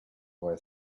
way